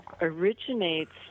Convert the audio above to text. originates